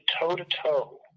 toe-to-toe